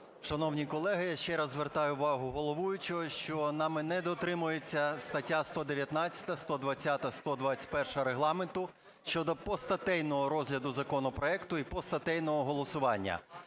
шановні колеги, ще раз звертаю увагу головуючого, що нами не дотримується стаття 119, 120, 121 Регламенту щодо постатейного розгляду законопроекту і постатейного голосування.